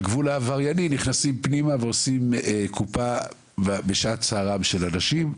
גבול העבריינים ועושים קופה בשעת צערם של אנשים.